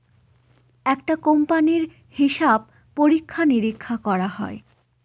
একটা কোম্পানির হিসাব পরীক্ষা নিরীক্ষা করা হয়